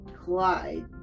Clyde